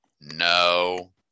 No